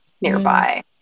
nearby